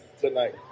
tonight